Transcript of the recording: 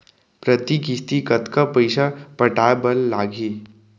प्रति किस्ती कतका पइसा पटाये बर लागही?